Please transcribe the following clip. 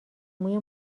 موی